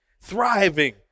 thriving